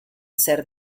ser